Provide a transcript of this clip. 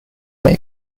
may